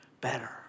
better